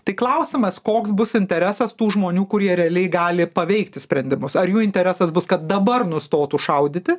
tik klausimas koks bus interesas tų žmonių kurie realiai gali paveikti sprendimus ar jų interesas bus kad dabar nustotų šaudyti